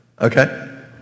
Okay